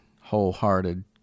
wholehearted